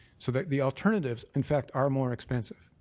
so that the alternatives, in fact, are more expensive.